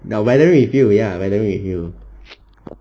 the weathering with you ya weathering with you